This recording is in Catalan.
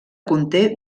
conté